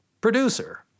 producer